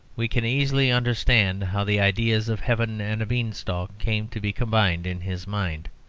we can easily understand how the ideas of heaven and a beanstalk came to be combined in his mind.